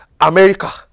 America